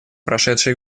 прошедший